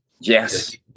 Yes